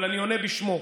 אבל אני עונה בשמו,